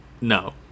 no